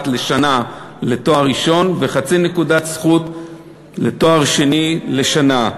לשנה על תואר ראשון וחצי נקודת זכות על תואר שני לשנה.